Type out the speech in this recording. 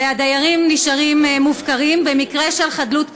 והדיירים נשארים מופקרים במקרה של חדלות פירעון.